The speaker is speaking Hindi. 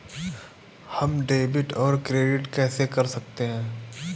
हम डेबिटऔर क्रेडिट कैसे कर सकते हैं?